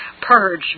purge